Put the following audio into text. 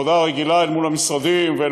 בדרכים של העבודה הרגילה אל מול המשרדים ואל